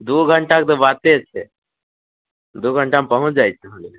दू घंटाके तऽ बातें छै दू घंटामे पहुँच जाइके छै